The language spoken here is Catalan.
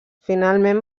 finalment